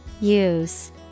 Use